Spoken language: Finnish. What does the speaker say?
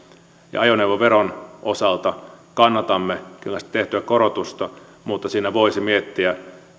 ajoneuvoveron osalta kannatamme kyllä sitä tehtyä korotusta mutta siinä voisi miettiä